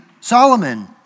Solomon